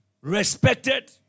respected